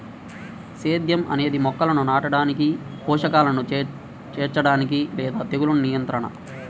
సేద్యం అనేది మొక్కలను నాటడానికి, పోషకాలను చేర్చడానికి లేదా తెగులు నియంత్రణ